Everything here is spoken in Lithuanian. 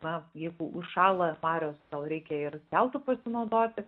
na jeigu užšąla marios tau reikia ir keltu pasinaudoti